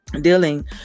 dealing